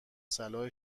صلاح